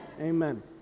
Amen